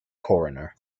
coroner